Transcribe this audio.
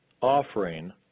offering